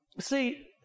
See